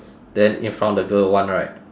then in front of the girl one right